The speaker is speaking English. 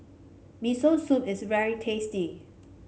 Miso Soup is very tasty